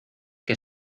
que